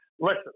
Listen